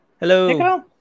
Hello